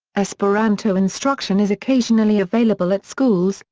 esperanto instruction is occasionally available at schools,